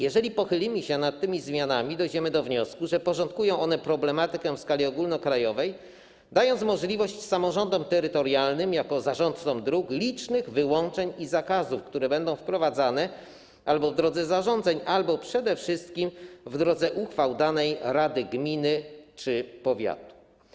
Jeżeli pochylimy się nad tymi zmianami, dojdziemy do wniosku, że porządkują one problematykę w skali ogólnokrajowej, dając samorządom terytorialnym, jako zarządcom dróg, możliwość licznych wyłączeń i zakazów, które będą wprowadzane albo w drodze zarządzeń, albo przede wszystkim w drodze uchwał danej rady gminy czy powiatu.